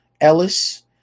Ellis